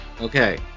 Okay